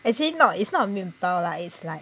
actually not it's not 面包 lah it's like